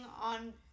on